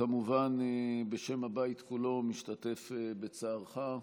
וכמובן בשם הבית כולו משתתף בצערך.